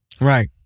Right